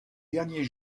derniers